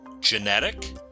Genetic